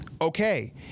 Okay